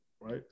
right